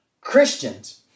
Christians